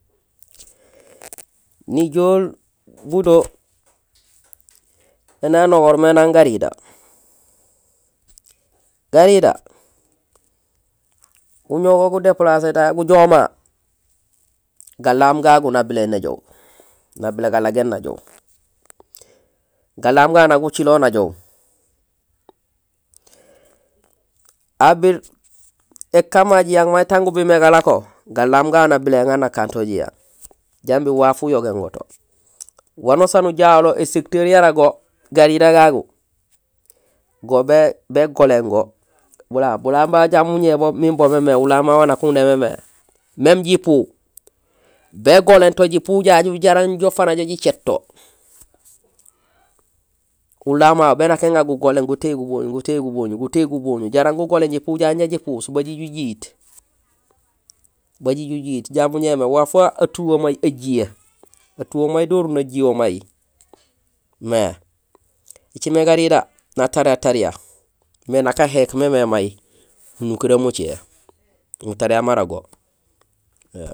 Nijool budo indé yanogoor mé nag garira. Garira uñoow go gu déplacé tahé gujoow ma, galaam gagu nabilé néjoow, nabilé galagéén najoow. Galaam gagu nak gucilool najoow, abil ékaan may ma jayang tan gubilmé galako, galaam gagu nabilé éŋaar nakanto jiyang jambi waaf uyogéén go to. Wanusaan ujalo é secteur yara go garira gagu, go bégoléén go bulaam. Bulaam babu jambi uñéér bo mé ulaam, même jipú, bégoléén to jipú jauj jaraam jo fanajo jicéét to. Ulaam wawu bénak gugoléén gutéy guboñul, gutéy guboñul, jaraam gugoléén jipú jaju jaraam jipuus ba jiju jiyiif. Jambi uñéér mé waaf wa atuhee may ajihé. Atuhee may déru najihool may mé. Ēcimé garira natariya tariya, mé nak ahéék mémé may munukuréén mucé, mutariya mara go